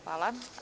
Hvala.